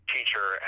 teacher